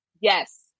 Yes